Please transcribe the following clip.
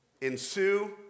Ensue